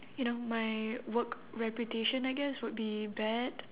you know my work reputation I guess would be bad